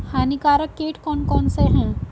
हानिकारक कीट कौन कौन से हैं?